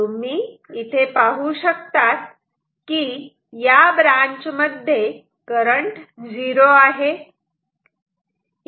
तुम्ही इथे पाहू शकतात की या ब्रांच मध्ये करंट झिरो आहे